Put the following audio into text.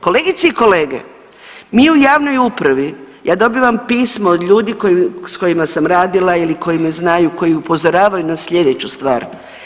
Kolegice i kolege, mi u javnoj upravi, ja dobivam pismo od ljudi sa kojima sam radila ili koji me znaju, koji upozoravaju na sljedeću stvar.